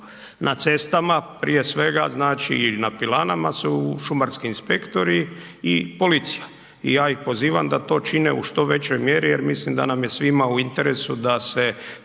na cestama, prije svega znači na pilanama su šumarski inspektori i policija. I ja ih pozivam da to čine u što većoj mjeri jer mislim da nam je svima u interesu da se